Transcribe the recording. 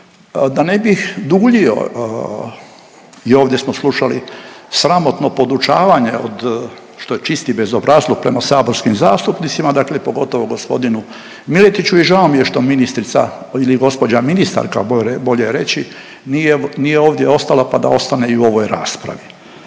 Da ne bih duljio i ovdje smo slušali sramotno podučavanje od, što je čisti bezobrazluk prema saborskim zastupnici dakle pogotovo gospodinu Miletiću i žao mi je što ministrica ili gospođa ministarka bolje reći, nije, nije ovdje ostala pa da ostane i u ovoj raspravi.